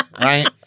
Right